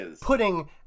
putting